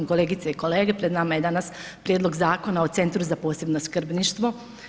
Kolegice i kolege, pred nama je danas Prijedlog Zakona o Centru za posebno skrbništvo.